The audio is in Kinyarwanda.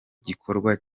gikorwa